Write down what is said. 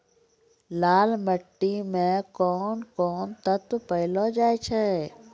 लाल मिट्टी मे कोंन कोंन तत्व पैलो जाय छै?